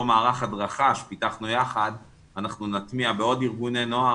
מערך הדרכה שפיתחנו יחד נטמיע בעוד ארגוני נוער,